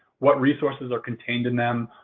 what resources are contained in them?